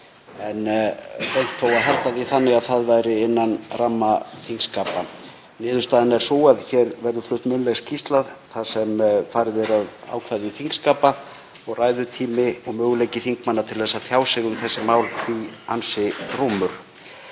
þó reynt að halda því þannig að það væri innan ramma þingskapa. Niðurstaðan er sú að hér verður flutt munnleg skýrsla þar sem farið er að ákvæðum þingskapa og ræðutími og möguleiki þingmanna til að tjá sig um þessi mál því ansi rúmur.